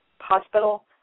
hospital